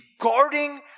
guarding